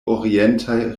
orientaj